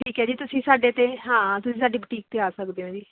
ਠੀਕ ਹੈ ਜੀ ਤੁਸੀਂ ਸਾਡੇ ਅਤੇ ਹਾਂ ਤੁਸੀਂ ਸਾਡੀ ਬੁਟੀਕ 'ਤੇ ਆ ਸਕਦੇ ਹੋ ਜੀ